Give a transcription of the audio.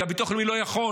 כי הביטוח לאומי לא יכול.